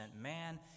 man